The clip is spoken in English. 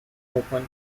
open